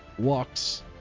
walks